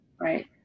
right